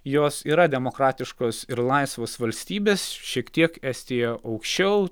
jos yra demokratiškos ir laisvos valstybės šiek tiek estija aukščiau